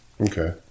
Okay